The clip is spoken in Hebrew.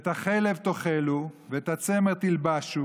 "את החלב תאכלו ואת הצמר תלבשו,